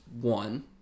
one